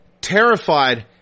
terrified